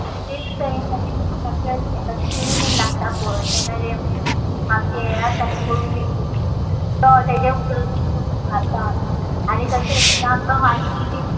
आमी तेंच तरेन मागीर तेंका किडी बीन लागता पळय तेन्ना ते आमचे हे आसता पळय कोडू लिंबू बीन तो तेजे उदक बीन करून मारता आमी आनी तशेंच आमका वांयगी बीन